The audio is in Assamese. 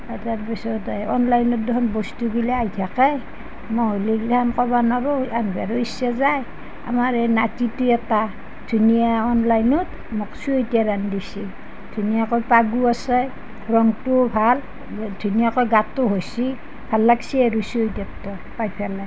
তাৰপিছত এই অনলাইনত দেখোন বস্তুগিলা আহি থাকে নহ'লে এইগিলাহান কৰিব নোৱাৰোঁ আইনবাৰো ইচ্ছা যায় আমাৰ এই নাতিটো এটা ধুনীয়া অনলাইনত মোক চুইটাৰ আনি দিছি ধুনীয়াকৈ পাগো আছে ৰঙটোও ভাল ধুনীয়াকৈ গাটোও হৈছি ভাল লাগছি আৰু চুইটাৰটো পাই পেলাই